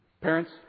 Parents